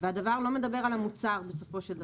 והדבר לא מדבר על המוצר בסופו של דבר.